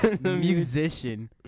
musician